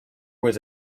was